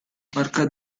marcas